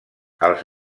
els